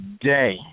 day